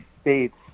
states